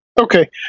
Okay